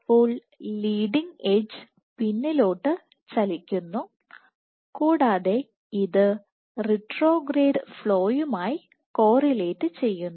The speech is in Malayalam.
അപ്പോൾ ലീഡിങ് എഡ്ജ് പിന്നിലോട്ട് ചലിക്കുന്നു കൂടാതെ ഇത് റെട്രോഗ്രേഡ് ഫ്ലോയുമായി കോറിലേറ്റ് ചെയ്യുന്നു